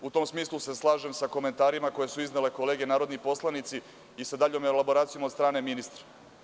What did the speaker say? U tom smislu se slažem sa komentarima koje su iznele kolege narodni poslanici i sa daljom elaboracijom od strane ministra.